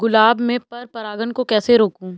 गुलाब में पर परागन को कैसे रोकुं?